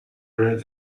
ruins